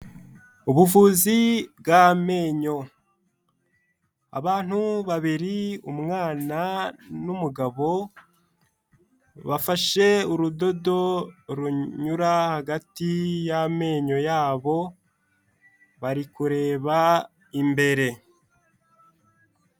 Ubuvuzi bw'amenyo, abantu babiri umwana n'umugabo bafashe urudodo runyura hagati y'amenyo yabo, bari kureba imbere.